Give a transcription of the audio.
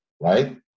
right